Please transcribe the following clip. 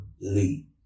Lee